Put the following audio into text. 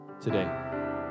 Today